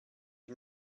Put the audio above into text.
you